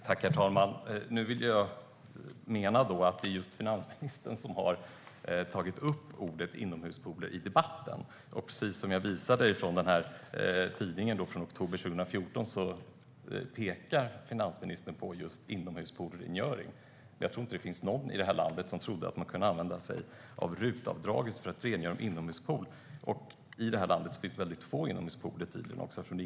Herr talman! Jag hävdar att det är finansministern som har tagit upp inomhuspoolerna i debatten. I tidningen från oktober 2014 pekar finansministern som sagt på just inomhuspoolrengöring. Det var nog ingen i vårt land som trodde att RUT-avdraget kunde användas för rengöring av inomhuspool. Det finns förmodligen ytterst få inomhuspooler i Sverige.